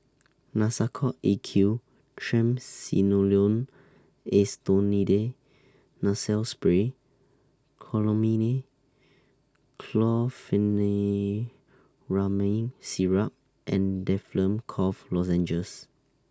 Nasacort A Q Triamcinolone Acetonide Nasal Spray Chlormine Chlorpheniramine Syrup and Difflam Cough Lozenges